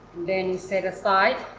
then set aside.